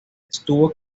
estuvo